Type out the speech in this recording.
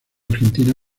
argentina